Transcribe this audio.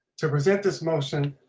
to present this motion